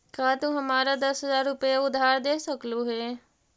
का तू हमारा दस हज़ार रूपए उधार दे सकलू हे?